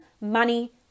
money